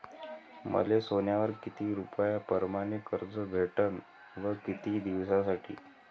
मले सोन्यावर किती रुपया परमाने कर्ज भेटन व किती दिसासाठी?